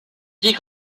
dix